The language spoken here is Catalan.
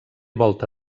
volta